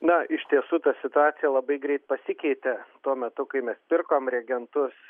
na iš tiesų ta situacija labai greit pasikeitė tuo metu kai mes pirkom reagentus